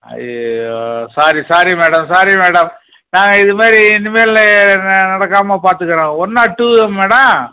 ஐயய்யோ sorry sorry madam sorry madam நான் இதுமாதிரி இனிமேல் நான் நடக்காமல் பார்த்துக்குறேன் ஒன் நாட் டூ மேடம்